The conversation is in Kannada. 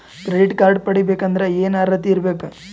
ಕ್ರೆಡಿಟ್ ಕಾರ್ಡ್ ಪಡಿಬೇಕಂದರ ಏನ ಅರ್ಹತಿ ಇರಬೇಕು?